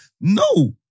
No